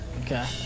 Okay